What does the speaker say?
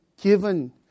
given